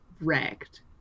wrecked